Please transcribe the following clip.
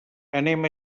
anem